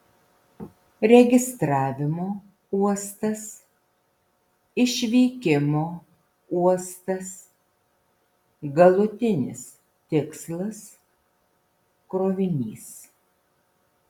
registravimo uostas išvykimo uostas galutinis tikslas krovinys